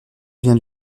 vient